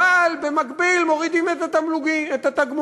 אבל במקביל מורידים את התגמולים.